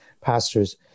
pastors